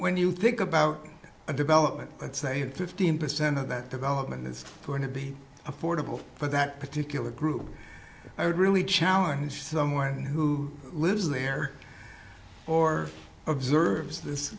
when you think about a development let's say fifteen percent of that development is going to be affordable for that particular group i would really challenge someone who lives there or observes this